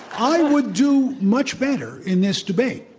i would do much better in this debate.